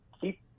keep